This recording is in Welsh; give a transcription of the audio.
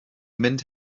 mynd